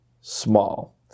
small